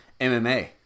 MMA